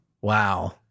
wow